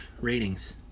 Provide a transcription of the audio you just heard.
ratings